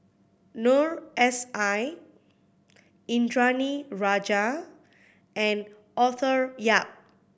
Noor S I Indranee Rajah and Arthur Yap